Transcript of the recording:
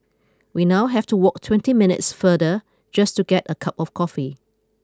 we now have to walk twenty minutes farther just to get a cup of coffee